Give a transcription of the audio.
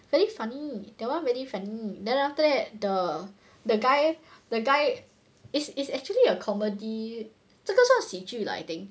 very funny that one really funny then after that the the guy the guy is is actually a comedy 这个算喜剧 lah I think